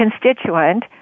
constituent